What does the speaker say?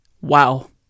Wow